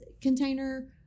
container